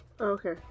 Okay